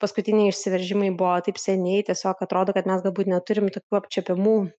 paskutiniai išsiveržimai buvo taip seniai tiesiog atrodo kad mes galbūt neturim tokių apčiuopiamų